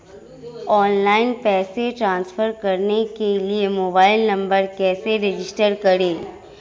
Online पैसे transfer करने के लिए मोबाइल नंबर कैसे रजिस्टर करें?